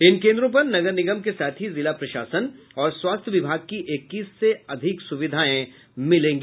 इन केन्द्रों पर नगर निगम के साथ ही जिला प्रशासन और स्वास्थ्य विभाग की इक्कीस से अधिक सुविधाएं मिलेगी